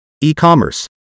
e-commerce